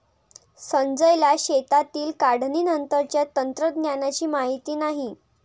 संजयला शेतातील काढणीनंतरच्या तंत्रज्ञानाची माहिती नाही